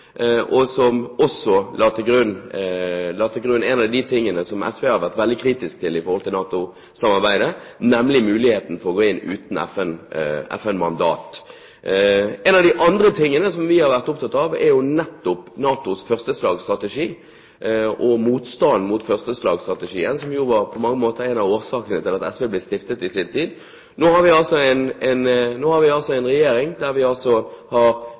og som også la til grunn en av de tingene som SV har vært veldig kritisk til når det gjelder NATO-samarbeidet, nemlig muligheten for å gå inn uten FN-mandat. En av de andre tingene som vi har vært opptatt av, er NATOs førsteslagsstrategi og motstanden mot førsteslagsstrategien, som på mange måter var en av årsakene til at SV i sin tid ble stiftet. Nå har vi en regjering – og vi er flere representanter – som snakker nettopp om behovet for å endre NATOs førsteslagsstrategi. Vi